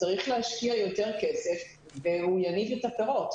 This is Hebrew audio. צריך להשקיע יותר כסף והוא יניב את הפירות.